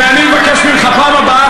ואני מבקש ממך בפעם הבאה,